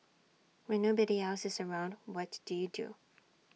when nobody else is around what do you do